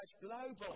global